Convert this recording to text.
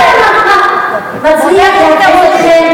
כל כך מצליח להכעיס אתכם,